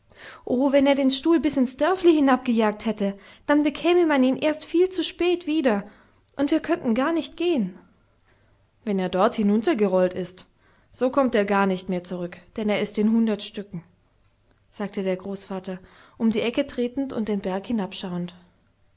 wenn er den stuhl bis ins dörfli hinabgejagt hätte dann bekäme man ihn erst viel zu spät wieder und wir könnten gar nicht gehen wenn er dort hinuntergerollt ist so kommt er gar nicht mehr zurück dann ist er in hundert stücken sagte der großvater um die ecke tretend und den berg